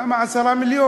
למה 10 מיליון?